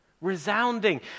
Resounding